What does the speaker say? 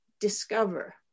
discover